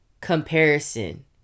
comparison